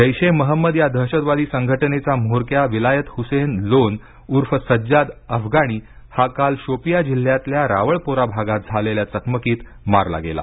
जैशे महंमद या दहशतवादी संघटनेचा म्होरक्या विलायत हुसेन लोन उर्फ सज्जाद अफगाणी हा काल शोपिया जिल्ह्यातल्या रावळपोरा भागात झालेल्या चकमकीत मारला गेला